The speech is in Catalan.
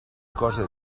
cosa